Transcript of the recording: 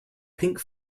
pink